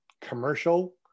commercial